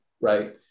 right